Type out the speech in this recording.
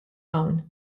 hawn